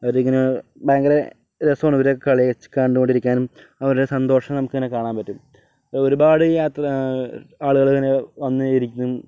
അതിങ്ങനെ ഭയങ്കര രസമാണ് ഇവരൊക്കെ കളി കണ്ടോണ്ടിരിക്കാനും അവരുടെ സന്തോഷം നമുക്ക് തന്നെ കാണാൻ പറ്റും ഒരുപാട് രാത്രി ആളുകളിങ്ങനെ വന്ന് ഇരിക്കും